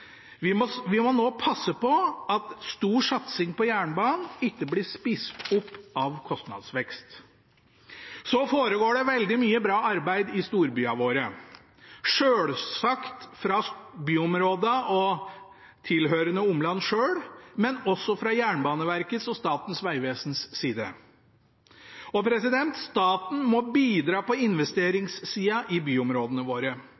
Vi må nå passe på at stor satsing på jernbanen ikke blir spist opp av kostnadsvekst. Så foregår det veldig mye bra arbeid i storbyene våre, selvsagt fra byområdene og tilhørende omland selv, men også fra Jernbaneverkets og Statens vegvesens side. Staten må bidra på investeringssida i byområdene våre,